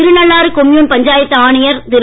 Thirunallar commune panchayat ஆணையர் திரு